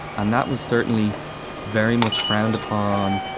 and that was certainly very much frowned upon.